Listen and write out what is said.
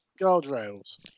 guardrails